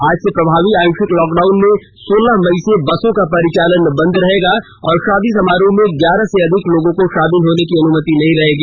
आज से प्रभावी आंशिक लॉकडाउन में सोलह मई से बसों का परिचालन बंद रहेगा और शादी समारोह में ग्यारह से अधिक लोगों के शामिल होने की अनुमति नहीं रहेगी